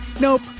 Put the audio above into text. Nope